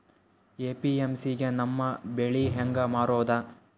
APMC ಗೆ ನಮ್ಮ ಬೆಳಿ ಹೆಂಗ ಮಾರೊದ?